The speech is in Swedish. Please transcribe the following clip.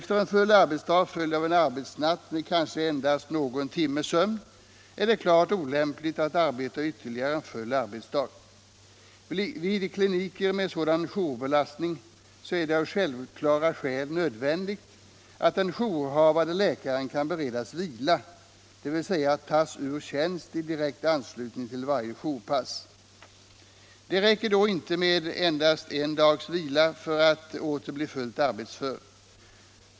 Efter en full arbetsdag följd av en arbetsnatt med kanske någon timmes sömn är det klart olämpligt att arbeta ytterligare en full arbetsdag. Vid kliniker med sådan jourbelastning bör av självklara skäl den jourhavande läkaren beredas vila, dvs. tas ur tjänst i direkt anslutning till varje jourpass. Det räcker då inte med endast en dags vila för att åter bli fullt arbetsför.